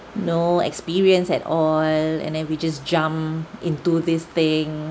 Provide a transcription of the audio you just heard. no experience at all and then we just jump into this thing